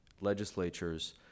legislatures